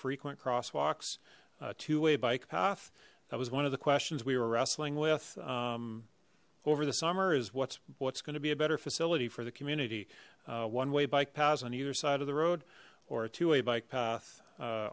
frequent crosswalks a two way bike path that was one of the questions we were wrestling with um over the summer is what's what's going to be a better facility for the community uh one way bike paths on either side of the road or a two way bike path uh